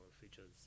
features